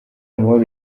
amahoro